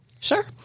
Sure